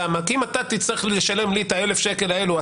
כי אם אתה תצטרך לשלם לי את ה-1,000 ש"ח האלו,